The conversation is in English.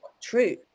true